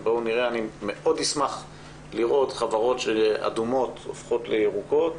אני מאוד אשמח לראות חברות שהן אדומות הופכות לירוקות